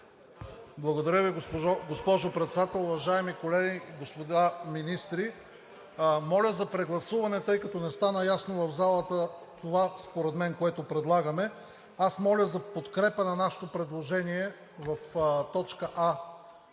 Благодаря Ви, госпожо Председател. Уважаеми колеги, господа министри! Моля за прегласуване, тъй като не стана ясно в залата това, което предлагаме. Аз моля за подкрепа на нашето предложение – в т.